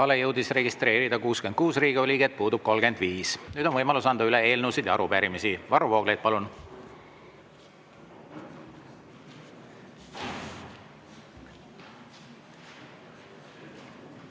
jõudis registreeruda 66 Riigikogu liiget, puudub 35. Nüüd on võimalus anda üle eelnõusid ja arupärimisi. Varro Vooglaid, palun!